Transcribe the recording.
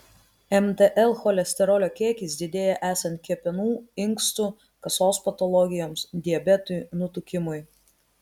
mtl cholesterolio kiekis didėja esant kepenų inkstų kasos patologijoms diabetui nutukimui